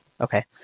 okay